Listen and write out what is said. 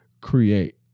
create